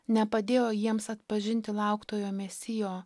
nepadėjo jiems atpažinti lauktojo mesijo